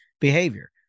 behavior